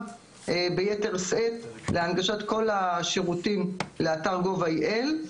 ביתר שאת להנגשת כל השירותים לאתר gov.il.